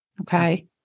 Okay